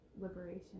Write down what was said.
liberation